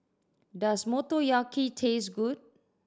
does Motoyaki taste good